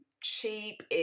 cheap